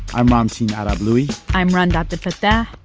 i'm ramtin arablouei i'm rund abdelfatah.